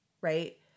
right